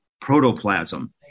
protoplasm